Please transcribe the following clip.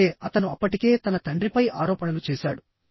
అంటే అతను అప్పటికే తన తండ్రిపై ఆరోపణలు చేశాడు